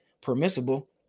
permissible